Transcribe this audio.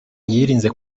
yirinze